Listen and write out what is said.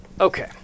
Okay